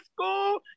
school